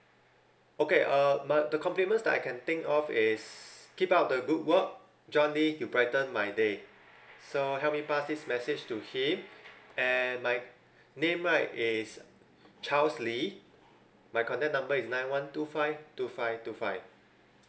okay uh my the compliments I can think of is keep up the good work john lee you brighten my day so help me pass this message to him and my name right is charles lee my contact number is nine one two five two five two five